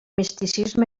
misticisme